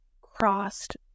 crossed